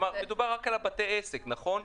מדובר רק על בתי עסק, נכון?